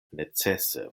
necese